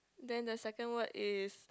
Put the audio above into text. then the second word is